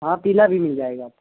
ہاں پیلا بھی مل جائے گا آپ کو